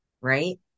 right